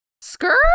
skirt